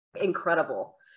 incredible